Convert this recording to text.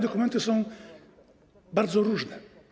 Dokumenty są bardzo różne.